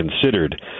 considered